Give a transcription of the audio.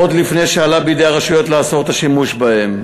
עוד לפני שעולה בידי הרשויות לאסור את השימוש בהם.